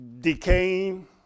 decaying